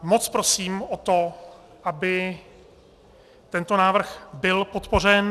Moc prosím o to, aby tento návrh byl podpořen.